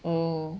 哦